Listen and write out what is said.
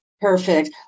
Perfect